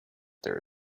there